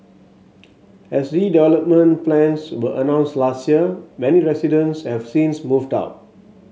as redevelopment plans were announced last year many residents have since moved out